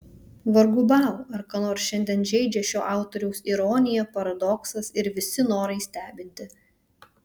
vargu bau ar ką nors šiandien žeidžia šio autoriaus ironija paradoksas ir visi norai stebinti